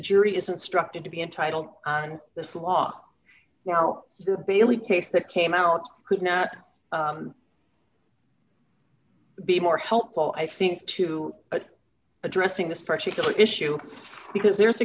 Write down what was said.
jury is instructed to be entitled on this law now bailey case that came out could not be more helpful i think to addressing this particular issue because there's a